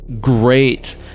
great